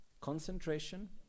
concentration